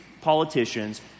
politicians